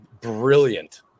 brilliant